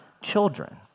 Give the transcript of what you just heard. children